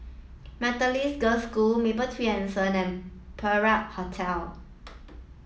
Methodist Girls' School Mapletree Anson and Perak Hotel